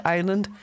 Island